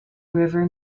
river